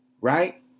Right